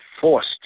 forced